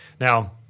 Now